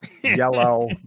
yellow